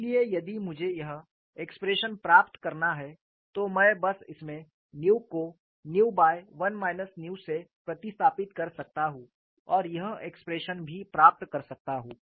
इसलिए यदि मुझे यह एक्सप्रेशन प्राप्त करना है तो मैं बस इसमें न्यू को 1 से प्रतिस्तापित कर सकता हूं और यह एक्सप्रेशन भी प्राप्त कर सकता हूं